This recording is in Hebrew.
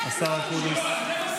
השר אקוניס.